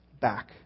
back